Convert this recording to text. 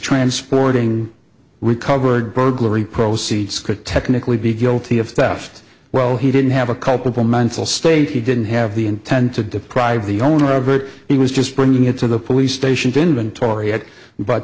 transporting recovered burglary proceeds could technically be guilty of theft well he didn't have a culpable mental state he didn't have the intent to deprive the owner of it he was just bringing it to the police station to inventory